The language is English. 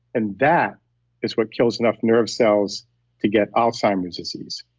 and that is what kills enough nerve cells to get alzheimer's disease.